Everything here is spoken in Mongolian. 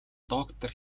доктор